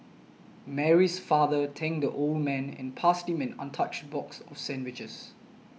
Mary's father thanked the old man and passed him an untouched box of sandwiches